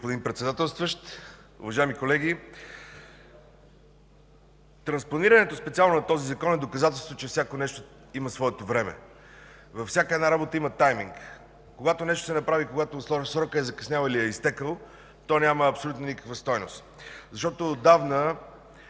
Благодаря, господин Председател. Уважаеми колеги, транспонирането специално на този закон е доказателство, че всяко нещо има своето време. Във всяка работа има тайник. Когато нещо се направи и когато срокът е закъснял или изтекъл, то няма абсолютно никаква стойност. Защото заради